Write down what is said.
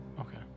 Okay